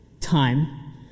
time